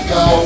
go